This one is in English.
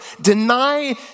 deny